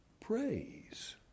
praise